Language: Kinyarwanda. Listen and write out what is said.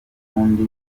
ukundi